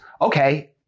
okay